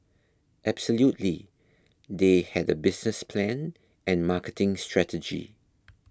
absolutely they had a business plan and marketing strategy